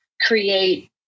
create